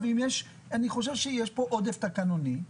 אני חושב שיש כאן עודף תקנוני.